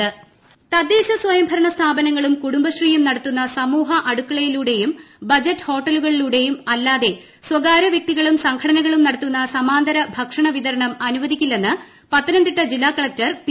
സമൂഹ അടുക്കള പത്തനംതിട്ട കളക്ടർ തദ്ദേശ സ്വയംഭരണ സ്ഥാപനങ്ങളും കുടുംബശ്രീയും നടത്തുന്ന സമൂഹ അടുക്കളയിലൂടെയും ബജറ്റ് ഹോട്ടലുകളിലൂടെയും അല്ലാതെ സ്വകാര്യ വൃക്തികളും സംഘടനകളും നടത്തുന്ന സമാന്തര ഭക്ഷണ വിതരണം അനുവദിക്കില്ലന്ന് പത്തനംതിട്ട ജില്ലാ കളക്ടർ പി